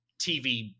TV